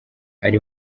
ari